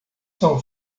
são